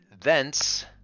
thence